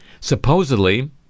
supposedly